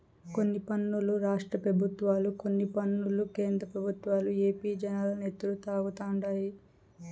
కొన్ని పన్నులు రాష్ట్ర పెబుత్వాలు, కొన్ని పన్నులు కేంద్ర పెబుత్వాలు ఏపీ జనాల నెత్తురు తాగుతండాయి